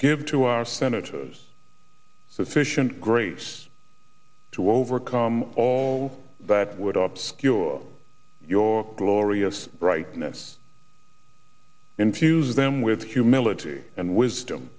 give to our senators sufficient grace to overcome all that would up skewer your glorious brightness infuse them with humility and wisdom